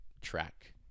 track